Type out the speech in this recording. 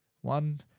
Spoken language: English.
One